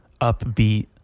upbeat